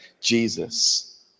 Jesus